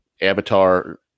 avatar